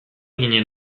ginen